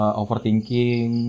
overthinking